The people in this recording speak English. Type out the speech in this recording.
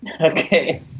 Okay